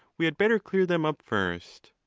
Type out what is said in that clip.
we had better clear them up first.